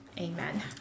Amen